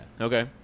okay